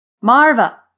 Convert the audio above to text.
Marva